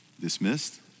dismissed